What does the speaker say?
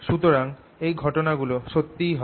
সুতরাং এই ঘটনাগুলো সত্যিই হয়